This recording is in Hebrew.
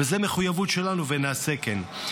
וזו מחויבות שלנו ונעשה כן.